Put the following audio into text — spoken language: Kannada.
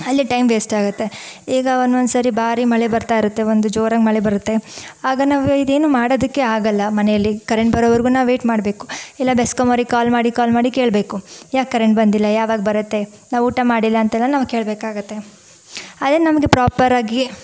ಅಲ್ಲಿ ಟೈಮ್ ವೇಸ್ಟ್ ಆಗತ್ತೆ ಈಗ ಒಂದೊಂದ್ಸರಿ ಭಾರೀ ಮಳೆ ಬರ್ತಾ ಇರತ್ತೆ ಒಂದು ಜೋರಾಗಿ ಮಳೆ ಬರತ್ತೆ ಆಗ ನಾವಿದೇನು ಮಾಡೋದಕ್ಕೆ ಆಗಲ್ಲ ಮನೇಲಿ ಕರೆಂಟ್ ಬರೋವರೆಗೂ ನಾವು ವೆಯ್ಟ್ ಮಾಡಬೇಕು ಇಲ್ಲ ಬೆಸ್ಕಾಮ್ ಅವ್ರಿಗೆ ಕಾಲ್ ಮಾಡಿ ಕಾಲ್ ಮಾಡಿ ಕೇಳಬೇಕು ಯಾಕೆ ಕರೆಂಟ್ ಬಂದಿಲ್ಲ ಯಾವಾಗ ಬರತ್ತೆ ನಾವು ಊಟ ಮಾಡಿಲ್ಲ ಅಂತೆಲ್ಲ ನಾವು ಕೇಳಬೇಕಾಗತ್ತೆ